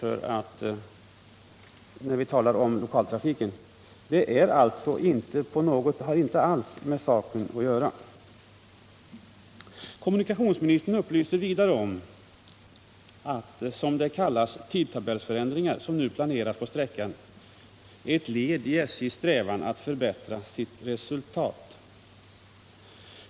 Vad herr Turesson säger i det stycket har inte alls med saken att göra. Kommunikationsministern upplyser vidare om att de, som de kallas, tidtabellsförändringar som nu planeras för sträckan är ett led i SJ:s strävan att förbättra sitt resultat.